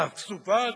תעשו וקס,